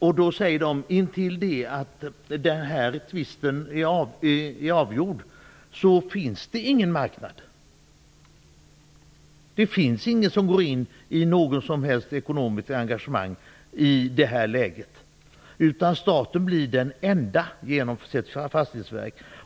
Nu säger de att intill dess att den här tvisten är avgjord finns det ingen marknad. Det finns ingen som går in i något som helst ekonomiskt engagemang i det här läget. Staten blir den enda genom sitt fastighetsverk.